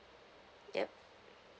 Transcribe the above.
yup